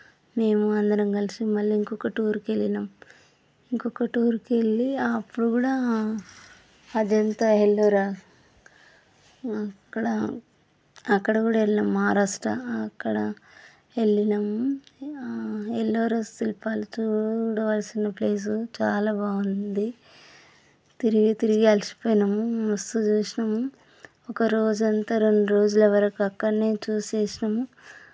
మేము అందరం కలిసి మళ్ళీ ఇంకొక టూర్కి వెళ్ళినాం ఇంకొక టూర్కి వెళ్ళి అప్పుడు కూడా అజంతా ఎల్లోరా అక్కడ కూడా వెళ్ళాం మహారాష్ట్ర అక్కడ వెళ్ళినాము ఇంకా ఎల్లోరా శిల్పాలు చూడవలసిన ప్లేస్ చాలా బాగుంది తిరిగి తిరిగి అలసిపోయాము మస్తు చూసినాము ఒక రోజంతా రెండు రోజులు అంతా అక్కడనే చూసేశాము